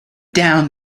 down